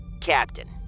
Captain